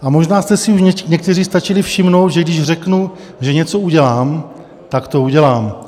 Možná jste si někteří stačili všimnout, že když řeknu, že něco udělám, tak to udělám.